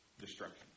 destruction